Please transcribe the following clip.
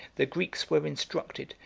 the greeks were instructed,